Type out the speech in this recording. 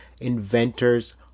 inventors